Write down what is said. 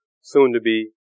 soon-to-be